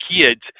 kids